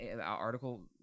article